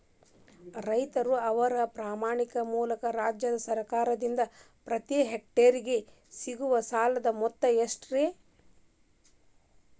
ರೈತರಿಗೆ ಅವರ ಪಾಣಿಯ ಮೂಲಕ ರಾಜ್ಯ ಸರ್ಕಾರದಿಂದ ಪ್ರತಿ ಹೆಕ್ಟರ್ ಗೆ ಸಿಗುವ ಸಾಲದ ಮೊತ್ತ ಎಷ್ಟು ರೇ?